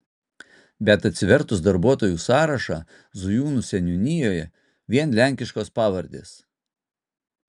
bet atsivertus darbuotojų sąrašą zujūnų seniūnijoje vien lenkiškos pavardes